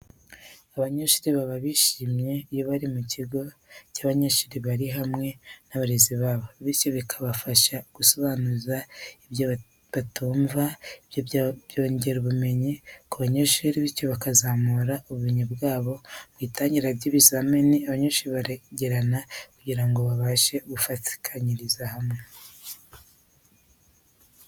Abanyeshiri baba bishimye iyo bari mu kigo cy'amashuri bari hamwe n'abarezi babo, bityo bakabasha gusobanuza icyo batumva. Ibyo byongera ubumenyi ku banyeshuri bityo bakazamura ubumenyi bwabo mu itangira ry'ibizamini abanyeshuri baregerana kugira ngo babashe gufatanyiriza hamwe.